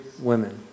women